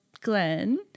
Glenn